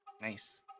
Nice